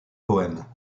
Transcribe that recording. poèmes